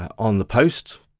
on the post.